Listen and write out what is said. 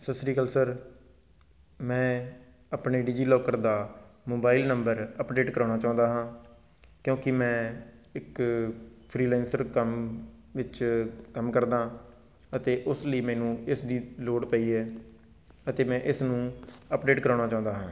ਸਤਿ ਸ੍ਰੀ ਅਕਾਲ ਸਰ ਮੈਂ ਆਪਣੇ ਡੀਜੀ ਲੋਕਰ ਦਾ ਮੋਬਾਈਲ ਨੰਬਰ ਅਪਡੇਟ ਕਰਾਉਣਾ ਚਾਹੁੰਦਾ ਹਾਂ ਕਿਉਂਕਿ ਮੈਂ ਇੱਕ ਫਰੀਲੈਂਸਰ ਕੰਮ ਵਿੱਚ ਕੰਮ ਕਰਦਾ ਅਤੇ ਉਸ ਲਈ ਮੈਨੂੰ ਇਸ ਦੀ ਲੋੜ ਪਈ ਹੈ ਅਤੇ ਮੈਂ ਇਸ ਨੂੰ ਅਪਡੇਟ ਕਰਾਉਣਾ ਚਾਹੁੰਦਾ ਹਾਂ